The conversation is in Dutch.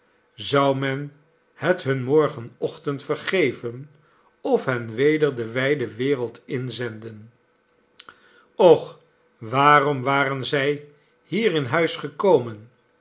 zou men het hun morgenochtend vergeven of hen weder de wijde wereld inzenden och waarom waren zij hier in huis gekomen